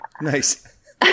Nice